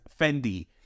Fendi